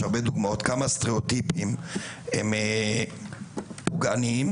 דוגמאות, כמה סטריאוטיפים הם פוגעניים,